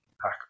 pack